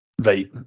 right